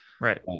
Right